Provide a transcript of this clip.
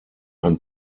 ein